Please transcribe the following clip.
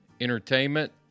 entertainment